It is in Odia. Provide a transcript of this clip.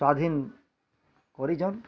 ସ୍ୱାଧୀନ୍ କରିଛନ୍